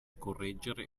correggere